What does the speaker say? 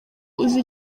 uzi